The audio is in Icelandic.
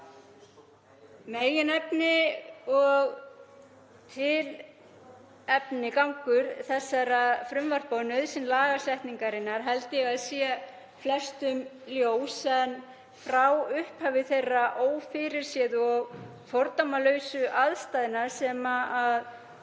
Meginefni og tilgangur þessara frumvarpa og nauðsyn lagasetningarinnar held ég að sé flestum ljós. Frá upphafi þeirra ófyrirséðu og fordæmalausu aðstæðna sem